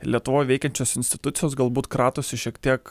lietuvoj veikiančios institucijos galbūt kratosi šiek tiek